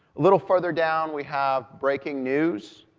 little further down, we have breaking news,